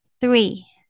three